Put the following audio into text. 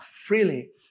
freely